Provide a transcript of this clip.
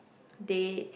they